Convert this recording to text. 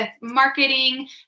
marketing